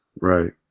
right